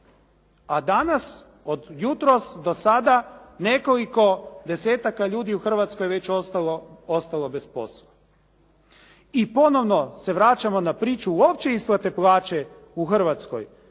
a danas od jutros do sada nekoliko desetaka u Hrvatskoj već ostalo bez posla. i ponovno se vraćamo na priču uopće isplate plaće u Hrvatskoj,